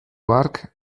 hark